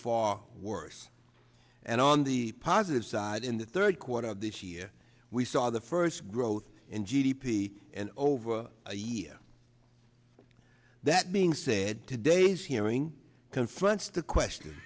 far worse and on the positive side in the third quarter of this year we saw the first growth in g d p and over a year that being said today's hearing confronts the question